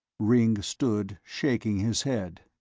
ringg stood shaking his head.